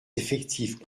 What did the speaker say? effectifs